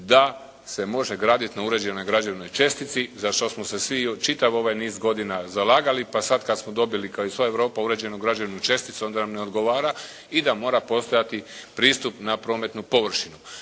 da se može graditi na uređenoj građevnoj čestici, za što smo se svi i čitav ovaj niz godina zalagali, pa sada kada smo dobili kao i sva Europa uređenu građevnu česticu, onda nam ne odgovara i da mora postojati pristup na prometnu površinu.